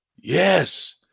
Yes